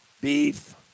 beef